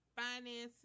Finances